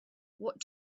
what